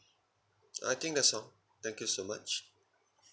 I think that's all thank you so much